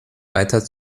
weiter